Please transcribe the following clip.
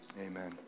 Amen